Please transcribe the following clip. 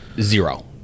Zero